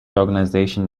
organisation